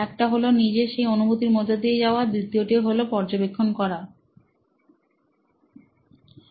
একটা হলো নিজে সেই অনুভূতির মধ্য দিয়ে যাওয়া দ্বিতীয় টি হল পর্যবেক্ষন দ্বারা